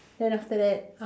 then after that